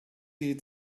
die